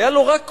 היה לו רק קול.